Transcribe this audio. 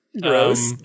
Gross